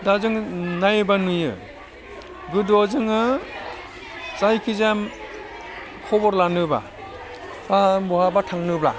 दा जोङो नाययोबा नुयो गोदोआव जोङो जायखि जाया खबर लानोबा बा बहाबा थांनोब्ला